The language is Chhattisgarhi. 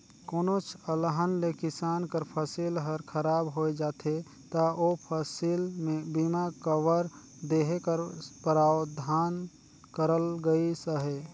कोनोच अलहन ले किसान कर फसिल हर खराब होए जाथे ता ओ फसिल में बीमा कवर देहे कर परावधान करल गइस अहे